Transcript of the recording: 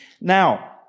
now